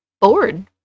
bored